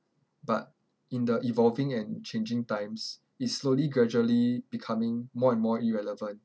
but in the evolving and changing times it's slowly gradually becoming more and more irrelevant